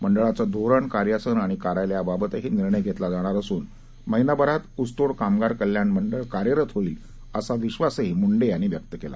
मंडळाचं धोरण कार्यासन आणि कार्यालयाबाबतही निर्णय घेतला जाणार असून महिनाभरात ऊसतोड कामगार कल्याण मंडळ कार्यरत होईल असा विश्वासही मुंडे यांनी व्यक्त केला